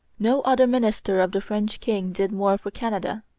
no other minister of the french king did more for canada.